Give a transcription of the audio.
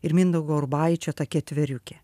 ir mindaugo urbaičio ta ketveriukė